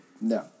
No